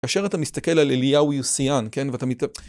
כאשר אתה מסתכל על אליהו יוסיאן, כן, ואתה מת...